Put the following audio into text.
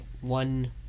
one